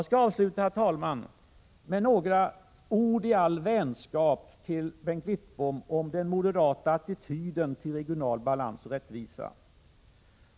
Jag skall avsluta med några ord i all vänskap till Bengt Wittbom om den moderata attityden till regional balans och rättvisa.